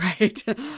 Right